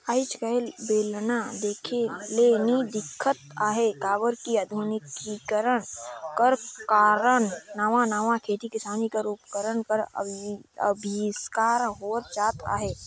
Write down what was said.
आएज काएल बेलना देखे ले नी दिखत अहे काबर कि अधुनिकीकरन कर कारन नावा नावा खेती किसानी कर उपकरन कर अबिस्कार होवत जात अहे